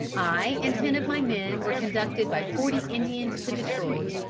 i and ten of my men were conducted by forty indians to detroit,